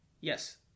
Yes